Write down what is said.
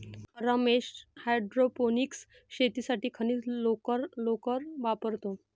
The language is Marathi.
रमेश हायड्रोपोनिक्स शेतीसाठी खनिज लोकर वापरतो